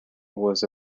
was